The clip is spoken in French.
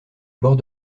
bords